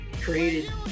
Created